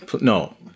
No